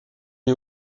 est